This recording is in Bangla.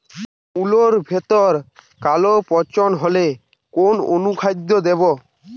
মুলোর ভেতরে কালো পচন হলে কোন অনুখাদ্য দেবো?